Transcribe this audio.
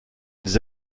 des